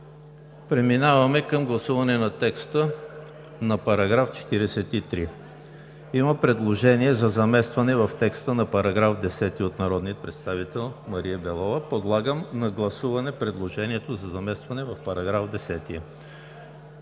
Преминаваме към гласуване на текста на § 43. Има предложение за заместване в текста на § 10 от народния представител Мария Белова. Подлагам на гласуване предложението за заместване в § 10.